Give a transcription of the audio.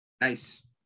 Nice